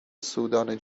سودان